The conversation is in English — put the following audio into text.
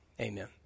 amen